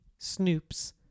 snoops